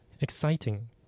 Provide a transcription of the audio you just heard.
exciting